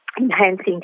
enhancing